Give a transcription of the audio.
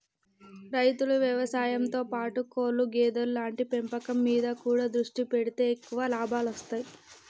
రైతులు వ్యవసాయం తో పాటు కోళ్లు గేదెలు లాంటి పెంపకం మీద కూడా దృష్టి పెడితే ఎక్కువ లాభాలొస్తాయ్